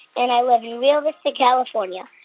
and i live in rio vista, calif. um yeah